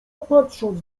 patrząc